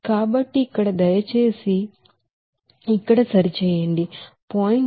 కాబట్టి ఇక్కడ దయచేసి ఇక్కడ సరిచేయండి 0